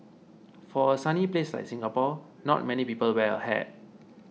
for a sunny place like Singapore not many people wear a hat